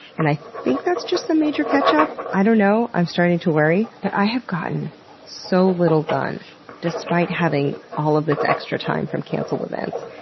and i think that's just some major catch up? i don't know, i'm starting to worry. but i have gotten so little done despite having all of this extra time from cancelled events.